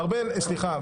ארבל, סליחה.